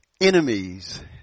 enemies